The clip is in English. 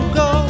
go